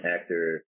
actor